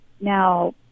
Now